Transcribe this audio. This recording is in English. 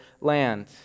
land